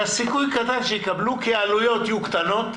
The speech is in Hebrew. והסיכוי קטן שהם יקבלו כי העלויות יהיו קטנות,